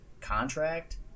contract